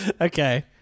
Okay